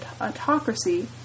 autocracy